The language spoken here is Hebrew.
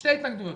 שתי התנגדויות.